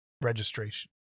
Registration